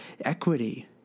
equity